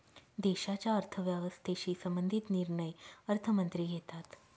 देशाच्या अर्थव्यवस्थेशी संबंधित निर्णय अर्थमंत्री घेतात